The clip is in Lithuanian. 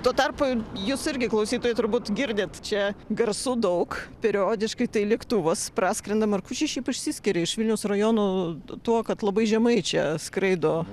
tuo tarpu jūs irgi klausytojai turbūt girdit čia garsų daug periodiškai tai lėktuvas praskrenda markučiai šiaip išsiskiria iš vilniaus rajonų tuo kad labai žemai čia skraido